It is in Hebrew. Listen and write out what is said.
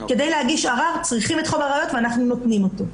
כדי להגיש ערר צריכים את חומר הראיות ואנחנו נותנים אותו.